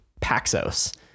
Paxos